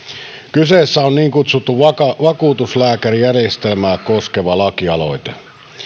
kyseessä on niin kutsuttua vakuutuslääkärijärjestelmää koskeva lakialoite